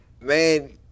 man